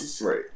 Right